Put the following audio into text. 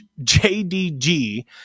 JDG